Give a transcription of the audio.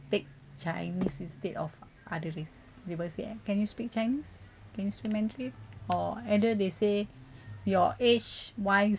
take chinese instead of other races neighbours said can you speak chinese can you speak mandarin or either they say your age wise